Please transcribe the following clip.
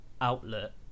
outlet